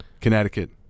Connecticut